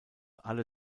alle